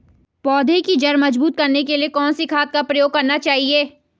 पौधें की जड़ मजबूत करने के लिए कौन सी खाद का प्रयोग करना चाहिए?